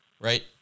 right